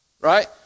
Right